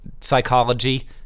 psychology